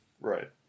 Right